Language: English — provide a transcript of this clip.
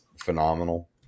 phenomenal